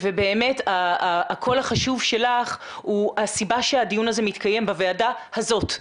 ובאמת הקול החשוב שלך הוא הסיבה שהדיון הזה מתקיים בוועדה הזאת,